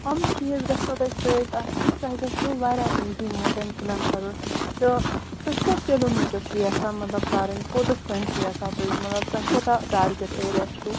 یِم چیٖز گژھنو تۄہہِ سۭتۍ آسٕنۍ تۄہہِ گژھوٕ واریاہ ایٖزی ماوٹین کٕلینٛمب کَرُن تہٕ تُہۍ کٔژ کِلوٗ میٖٹَر چھُو یَژھان مَطلب کَرٕنۍ کوٚتس تانۍ چھُ یَژھان تُہۍ مَطلب تۄہہِ کوتاہ ٹارگیٹ ایریا چھُو